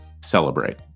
celebrate